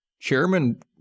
Chairman